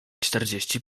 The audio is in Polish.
czterdzieści